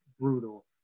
brutal